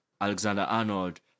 Alexander-Arnold